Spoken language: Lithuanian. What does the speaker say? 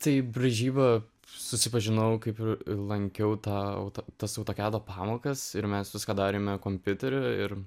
tai braižyba susipažinau kaip lankiau tą tas autokado pamokas ir mes viską darėme kompiuteriu ir